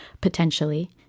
potentially